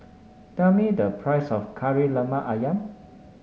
tell me the price of Kari Lemak ayam